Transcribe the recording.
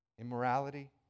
Immorality